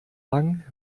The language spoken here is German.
lang